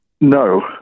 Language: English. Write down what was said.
No